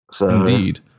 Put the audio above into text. Indeed